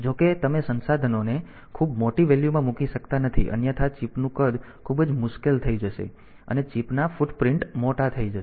જો કે તમે સંસાધનોને ખૂબ મોટા મૂલ્યમાં મૂકી શકતા નથી અન્યથા ચિપનું કદ ખૂબ જ મુશ્કેલ થઈ જશે અને ચિપના ફૂટપ્રિન્ટ મોટા થઈ જશે